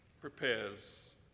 prepares